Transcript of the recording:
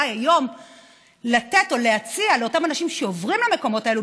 היום לתת או להציע לאותם אנשים שעוברים למקומות האלה,